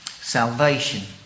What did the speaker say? Salvation